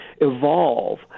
evolve